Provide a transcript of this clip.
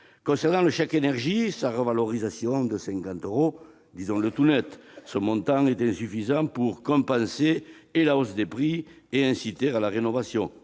Concernant le chèque énergie et sa revalorisation de 50 euros, disons-le tout net : ce montant est insuffisant pour compenser la hausse des prix et inciter à la rénovation.